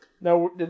Now